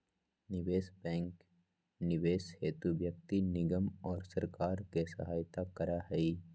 निवेश बैंक निवेश हेतु व्यक्ति निगम और सरकार के सहायता करा हई